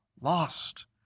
lost